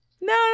No